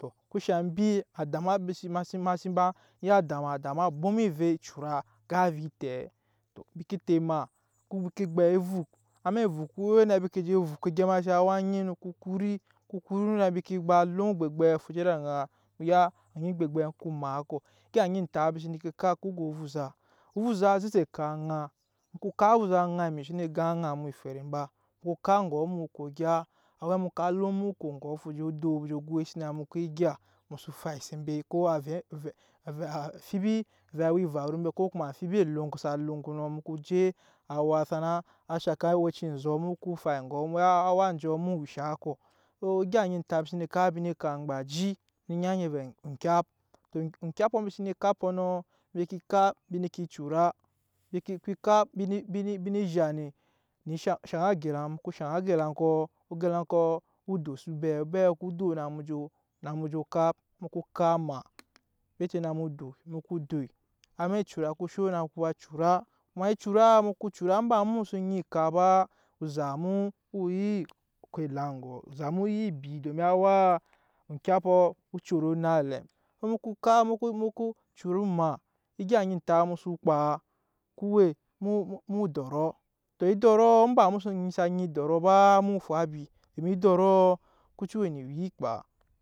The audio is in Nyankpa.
Tɔ eŋke shaŋ mbi, ada ma ma sen ba ya ada ma, ada ma ada ma bwoma ovɛ ecura ga ovɛ etɛp tɔ mbi ke tɛ maa ku we ŋke egbet evuk amɛk evuk ku we ne mbi ne ke je vuk je gema awa anyi na ku kuri ku kuri na mbi ka ba lun egbegbeɛ ba fu je ed'aŋa mu ya onyi egbegbeɛ ku maa kɔ. Egya eŋke entat mbi sene kap eŋke go ovuza, ovuza o ze eze ekap aŋa, mu kap ovuza aŋa emmi xse gan aŋa mu eferem be mu kap don mu ko egya har mu kap alum mu ko ogɔ ko gya fu je odop je goisi na mu ko egya mu so faise mbe ko amfibi ovɛ awa evaru ko kuma amfibi eloŋkɔ sa loŋ nɔ mu ko je awa sana shaŋke awɛci onzoh mu ko fai egɔ mu ya awa njɔ mu wushaa kɔ, so egya onyi entat embi sene kap mbi nee kap egba aji, embi nee nyi ŋke vɛɛ eŋkyap, eŋkyapɔ mbi sene kap kɔ nɔ mbi nee ke cura embi nee zhat ne shaŋ aga elaŋ, mu ko shaŋ aga elaŋkɔ aga elaŋkɔ woo dosi obe obeɛ ko do na mu je kap mu ko kap o maa bete na mu doi mu ko doi amɛk ecura ku ba sho na mu cura kuma ecuraa mu ko cura inba mu so nyi ecura inba mu so nyi ekap ba onzat mu woo ko elaŋ egɔ ozat mu nyi bii domin awaa okyapɔ o coro naŋ elɛm mu ko kap, cura o maa egya eŋke entat mu so kpa o we mu doro tɔ edoro inba mu onyi sa nyi edoro ba mu fwabi domin edoro ku cii we ne wuya ekpa.